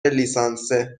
لیسانسه